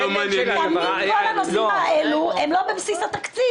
תמיד כל הנושאים האלה הם לא בבסיס התקציב.